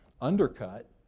undercut